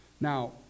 Now